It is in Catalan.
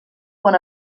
quan